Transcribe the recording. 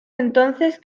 entonces